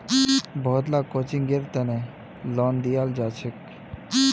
बहुत ला कोचिंगेर तने लोन दियाल जाछेक